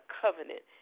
covenant